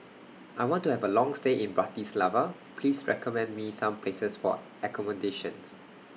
I want to Have A Long stay in Bratislava Please recommend Me Some Places For accommodation